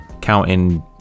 counting